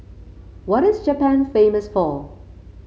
what is Japan famous for